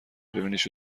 ببینیش